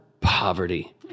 poverty